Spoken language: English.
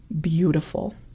beautiful